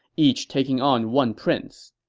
each taking on one prince